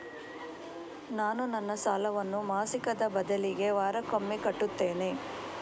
ನಾನು ನನ್ನ ಸಾಲವನ್ನು ಮಾಸಿಕದ ಬದಲಿಗೆ ವಾರಕ್ಕೊಮ್ಮೆ ಕಟ್ಟುತ್ತೇನೆ